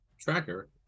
tracker